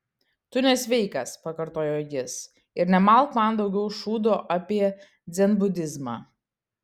tu nesveikas pakartojo jis ir nemalk man daugiau šūdo apie dzenbudizmą